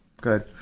Good